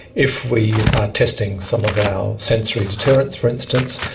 if we are testing some of our sensory deterrents, for instance,